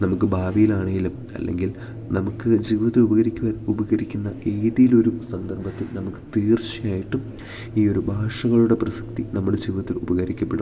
നമുക്ക് ഭാവിയിലാണെങ്കിലും അല്ലെങ്കിൽ നമുക്ക് ജീവിതത്തിൽ ഉപകരിക്കുക ഉപകരിക്കുന്ന ഏതിലൊരു സന്ദർഭത്തിൽ നമുക്ക് തീർച്ചയായിട്ടും ഈ ഒരു ഭാഷകളുടെ പ്രസക്തി നമ്മുടെ ജീവിതത്തിൽ ഉപകരിക്കപ്പെടും